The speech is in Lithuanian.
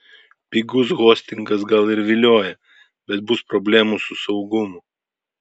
pigus hostingas gal ir vilioja bet bus problemų su saugumu